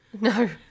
No